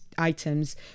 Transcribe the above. items